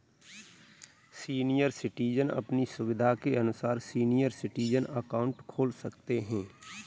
senior citizen अपनी सुविधा के अनुसार सीनियर सिटीजन अकाउंट खोल सकते है